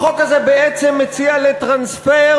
החוק הזה בעצם מציע לטרנספר